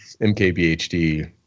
MKBHD